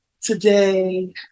today